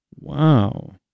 Wow